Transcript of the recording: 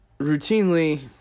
Routinely